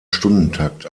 stundentakt